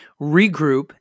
regroup